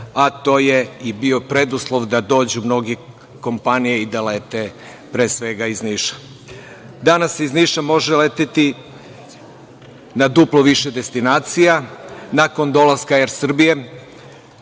a to je bio preduslova da dođu mnoge kompanije i da lete, pre svega iz Niša. Danas se iz Niša može leteti, na duplo više destinacija, nakon dolaska Er Srbije,